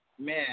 Man